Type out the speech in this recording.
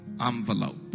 envelope